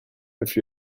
have